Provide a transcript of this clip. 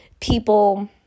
people